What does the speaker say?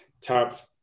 top